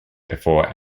before